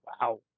Wow